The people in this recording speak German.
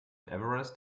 everest